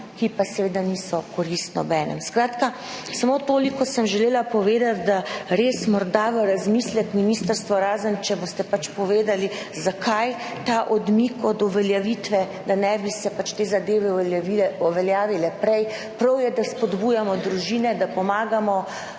ki pa seveda niso v korist nobenemu. Skratka, samo toliko sem želela povedati, res morda v razmislek ministrstvu, razen če boste povedali, zakaj ta odmik od uveljavitve, da ne bi se te zadeve uveljavile prej. Prav je, da spodbujamo družine, da pomagamo